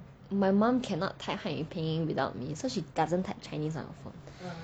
my mum cannot type 汉语拼音 without me so she doesn't type chinese on her phone